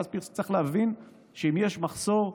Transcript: אבל צריך להבין שאם יש מחסור,